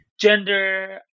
gender